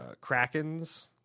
Krakens